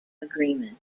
agreement